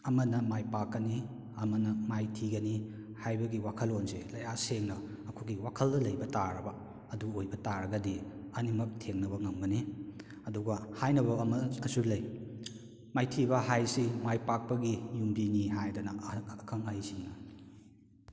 ꯑꯃꯅ ꯃꯥꯏ ꯄꯥꯛꯀꯅꯤ ꯑꯃꯅ ꯃꯥꯏꯊꯤꯒꯅꯤ ꯍꯥꯏꯕꯒꯤ ꯋꯥꯈꯜꯂꯣꯟꯁꯦ ꯀꯌꯥ ꯁꯦꯡꯅ ꯑꯩꯈꯣꯏꯒꯤ ꯋꯥꯈꯜꯗ ꯂꯩꯕ ꯇꯥꯔꯕ ꯑꯗꯨ ꯑꯣꯏꯕ ꯇꯥꯔꯒꯗꯤ ꯑꯅꯤꯃꯛ ꯊꯦꯡꯅꯕ ꯉꯝꯒꯅꯤ ꯑꯗꯨꯒ ꯍꯥꯏꯅꯕ ꯑꯃꯁꯨ ꯂꯩ ꯃꯥꯏꯊꯤꯕ ꯍꯥꯏꯁꯦ ꯃꯥꯏ ꯄꯥꯛꯄꯒꯤ ꯌꯨꯝꯕꯤꯅꯤ ꯍꯥꯏꯗꯅ ꯑꯈꯪ ꯑꯍꯩꯁꯤꯡꯅ